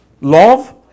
Love